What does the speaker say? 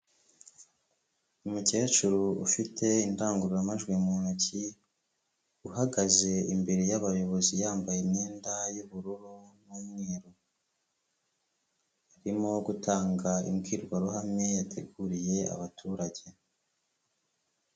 Umukecuru ufite indangururamajwi mu ntoki, uhagaze imbere y'abayobozi yambaye imyenda y'ubururu n'umweru, arimo gutanga imbwirwaruhame yateguriye abaturage.